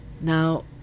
Now